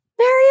mario